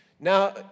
Now